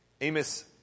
Amos